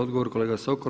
Odgovor kolega Sokol.